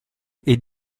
est